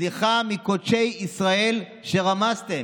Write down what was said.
סליחה מקודשי ישראל שרמסתם,